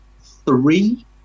three